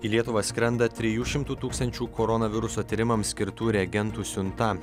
į lietuvą skrenda trijų šimtų tūkstančių koronaviruso tyrimams skirtų reagentų siunta